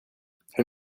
hur